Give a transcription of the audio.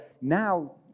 now